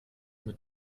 mit